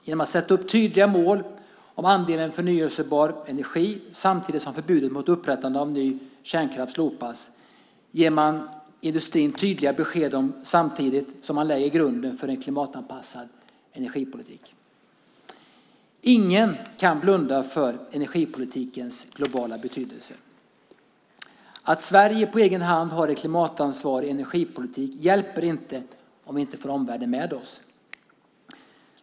Genom att sätta upp tydliga mål för andelen förnybar energi samtidigt som förbudet mot upprättande av ny kärnkraft slopas ger man industrin tydliga besked samtidigt som man lägger grunden för en klimatanpassad energipolitik. Ingen kan blunda för energipolitikens globala betydelse. Att Sverige på egen hand har en klimatansvarig energipolitik hjälper inte om vi inte får omvärlden med oss.